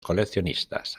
coleccionistas